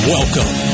Welcome